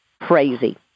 Crazy